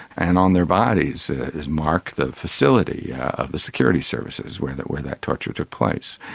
and on their bodies is marked the facility of the security services were that were that torture took place,